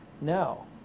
no